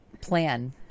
plan